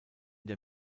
der